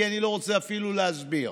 כי אני לא רוצה אפילו להסביר.